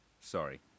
Sorry